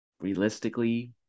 realistically